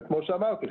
וכמו שאמרתי,